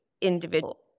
individual